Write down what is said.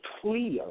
clear